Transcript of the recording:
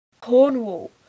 Cornwall